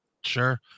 sure